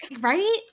Right